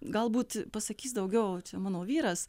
galbūt pasakys daugiau čia mano vyras